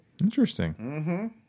Interesting